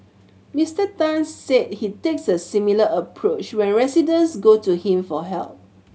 Mister Tan said he takes a similar approach when residents go to him for help